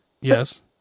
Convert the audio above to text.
yes